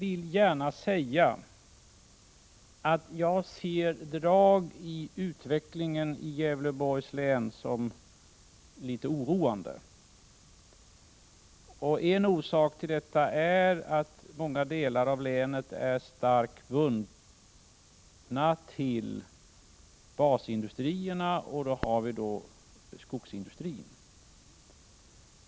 Herr talman! Jag ser drag i utvecklingen i Gävleborgs län som är litet oroande. En orsak till detta är att många delar av länet är starkt bundna till | basindustrierna — här har vi skogsindustrin.